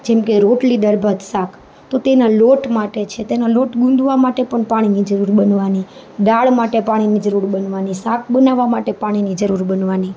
જેમકે રોટલી દાળભાત શાક તો તેના લોટ માટે તેના લોટ ગુંદવા માટે પણ પાણીની જરૂર બનવાની દાળ માટે પાણીની જરૂર બનવાની શાક બનાવવા માટે પાણીની જરૂર બનવાની